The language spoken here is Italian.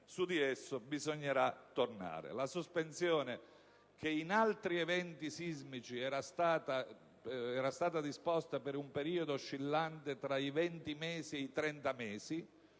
su di esso bisognerà tornare. La sospensione, che in altri eventi sismici era stata disposta per un periodo oscillante all'incirca tra i 20 e i